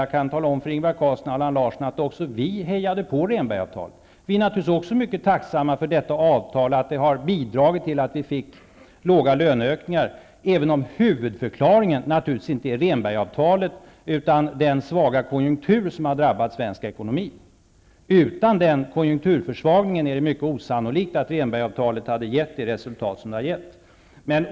Jag kan tala om för Allan Larsson och Ingvar Carlsson att också vi folkpartister hejade på Rehnbergavtalet. Vi är naturligtvis också mycket tacksamma för detta avtal och för att det har bidragit till låga löneökningar, även om huvudförklaringen inte är Rehnbergavtalet utan den svaga konjunktur som har drabbat svensk ekonomi. Utan denna konjunkturförsvagning är det mycket osannolikt att Rehnbergavtalet hade gett samma resultat.